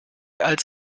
als